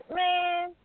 man